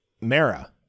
Mara